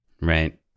right